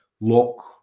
look